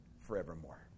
forevermore